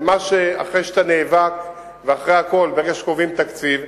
אחרי שאתה נאבק, ואחרי הכול, ברגע שקובעים תקציב,